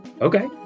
Okay